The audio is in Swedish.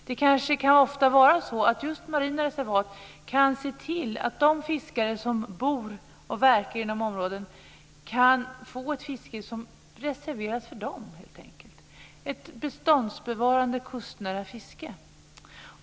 Det kan ofta vara så att just inrättandet av marina reservat innebär att de fiskare som bor och verkar inom områdena får ett fiske som reserveras för dem, helt enkelt - ett beståndsbevarande, kustnära fiske.